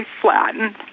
flattened